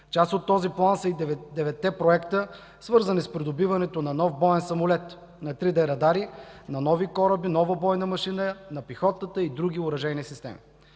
Част от този план са и 9-те проекта, свързани с придобиването на нов боен самолет на 3D радари, на нови кораби, нова бойна машина, на пехотата и други въоръжени системи.